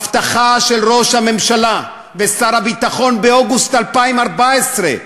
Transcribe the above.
הבטחה של ראש הממשלה ושר הביטחון באוגוסט 2014,